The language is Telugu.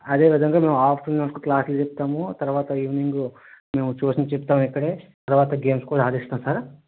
అదే విధంగా మేము హాస్టల్ నడుపుతూ క్లాసులు చెప్తాము తర్వాత ఈవెనింగ్ మేము ట్యూషన్స్ చెప్తాము ఇక్కడే తర్వాత గేమ్స్ కూడా ఆడిస్తాం సార్